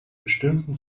bestimmten